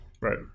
right